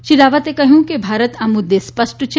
શ્રી રાવતે કહ્યું કે ભારત આ મુદ્દે સ્પષ્ટ છે